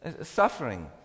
suffering